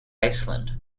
iceland